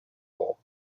law